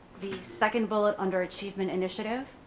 the second bullet under achievement initiative,